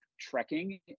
trekking